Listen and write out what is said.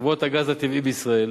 חברות הגז הטבעי בישראל.